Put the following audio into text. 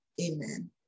amen